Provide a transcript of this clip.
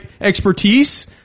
expertise